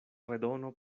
redono